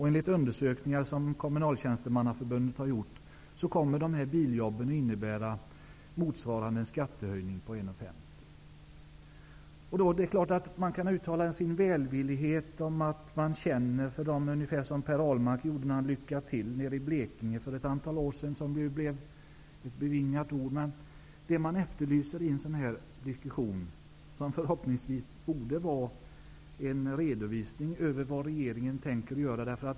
Enligt undersökningar som Kommunaltjänstemannaförbundet har gjort kommer dessa biljobb att innebära en skattehöjning motsvarande 1:50 kr. Man kan då naturligtvis uttala sin välvillighet om att man känner för dessa människor, ungefär på samma sätt som Per Ahlmark gjorde då han för ett antal år sedan önskade arbetarna nere i Blekinge lycka till. Det blev ju bevingade ord. Jag efterlyser i denna diskussion en redovisning av vad regeringen tänker göra.